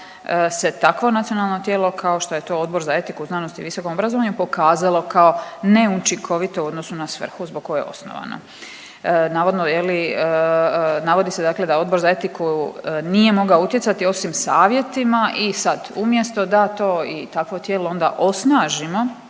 se takvo nacionalno tijelo kao što je to odbor za etiku, znanost u visokom obrazovanju pokazalo kao neučinkovito u odnosu na svrhu zbog koje je osnovano. Navodno je li navodi se dakle da odbor za etiku nije moga utjecati osim savjetima i sad umjesto da to i takvo tijelo onda osnažimo